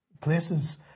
places